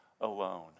alone